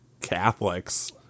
catholics